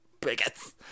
Bigots